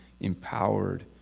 empowered